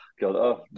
God